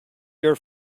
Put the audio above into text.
your